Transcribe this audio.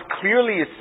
clearly